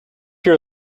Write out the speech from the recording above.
your